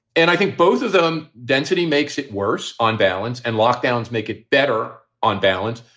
and i think both of them density makes it worse on balance and lockdowns make it better on balance.